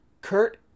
Kurt